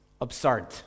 absurd